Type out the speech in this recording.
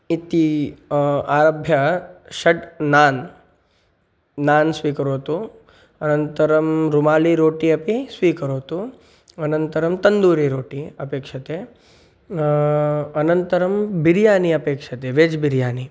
इति आरभ्य षड् नान् नान् स्वीकरोतु अनन्तरं रुमालिरोटि अपि स्वीकरोतु अनन्तरं तन्दूरि रोटि अपेक्षते अनन्तरं बिर्यानि अपेक्षते वेज् बिर्यानि